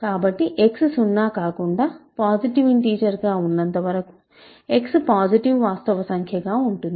కాబట్టి x సున్నా కాకుండా పాసిటివ్ ఇంటిజర్ గా ఉన్నంతవరకు x పాసిటివ్ వాస్తవ సంఖ్య గా ఉంటుంది